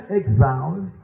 exiles